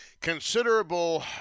considerable